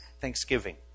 thanksgiving